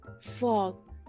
fog